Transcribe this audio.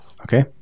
Okay